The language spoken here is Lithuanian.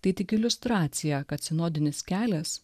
tai tik iliustracija kad sinodinis kelias